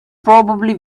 probably